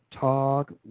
Talk